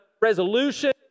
resolution